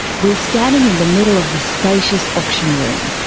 we're standing in the middle of the spacious auction room.